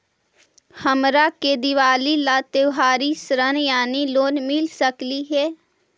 हमरा के दिवाली ला त्योहारी ऋण यानी लोन मिल सकली हे?